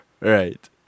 Right